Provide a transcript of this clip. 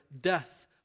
death